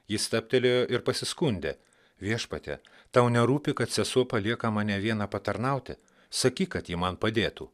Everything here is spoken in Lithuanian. ji stabtelėjo ir pasiskundė viešpatie tau nerūpi kad sesuo palieka mane vieną patarnauti sakyk kad ji man padėtų